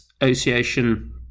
Association